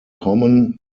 common